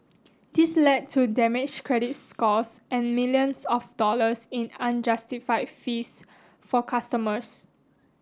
this led to damaged credit scores and millions of dollars in unjustified fees for customers